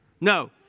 No